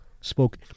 spoke